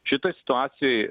šitoj situacijoj